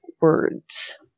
words